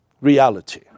Reality